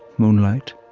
moonlight,